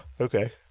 Okay